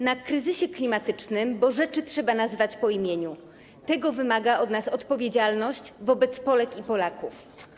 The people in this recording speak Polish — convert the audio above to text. Na kryzysie klimatycznym, bo rzeczy trzeba nazywać po imieniu, tego wymaga od nas odpowiedzialność wobec Polek i Polaków.